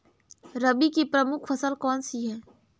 रबी की प्रमुख फसल कौन सी है?